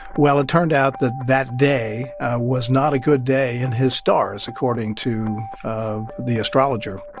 well, it turned out that that day was not a good day in his stars according to the astrologer.